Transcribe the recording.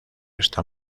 está